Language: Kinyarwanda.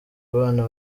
abana